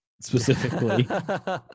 specifically